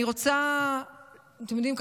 אתם יודעים,